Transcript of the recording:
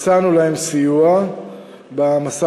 הצענו להם סיוע במשא-ומתן,